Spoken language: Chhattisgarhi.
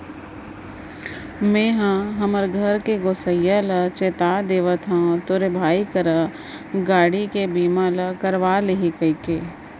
मेंहा हमर घर के गोसइया ल चेता देथव तोरे भाई करा गाड़ी के बीमा ल करवा ले ही कइले